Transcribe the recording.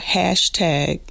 hashtag